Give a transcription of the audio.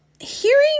hearing